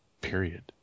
period